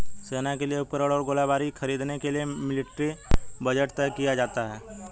सेना के लिए उपकरण और गोलीबारी खरीदने के लिए मिलिट्री बजट तय किया जाता है